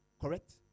Correct